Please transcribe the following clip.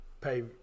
pay